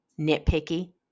nitpicky